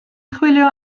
chwilio